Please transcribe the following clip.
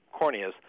corneas